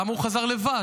למה הוא חזר לבד?